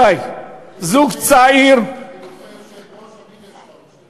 בחילופי יושב-ראש תמיד יש לך עוד שתי דקות.